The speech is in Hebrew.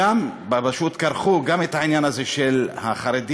שם פשוט כרכו גם את העניין הזה של החרדים,